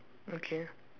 okay